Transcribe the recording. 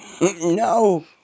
No